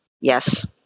Yes